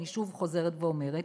אני שוב חוזרת ואומרת,